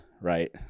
right